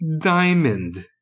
diamond